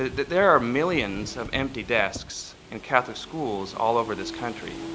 there are millions of empty desks in catholic schools all over this country.